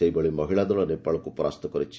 ସେହିଭଳି ମହିଳା ଦଳ ନେପାଳକୁ ପରାସ୍ତ କରିଛି